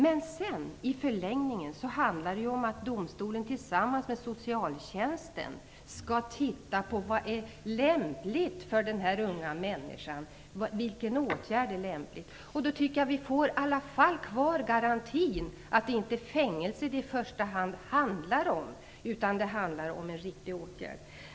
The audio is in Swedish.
Men i förlängningen handlar det sedan om att domstolen tillsammans med socialtjänsten skall titta på vad som är lämpligt för den unga människan, vilken åtgärd som är lämplig. Då tycker jag att vi i alla fall får garantin att det i första hand inte är fängelse det handlar om, utan om en riktig åtgärd.